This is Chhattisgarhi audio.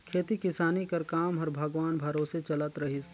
खेती किसानी कर काम हर भगवान भरोसे चलत रहिस